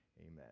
Amen